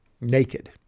naked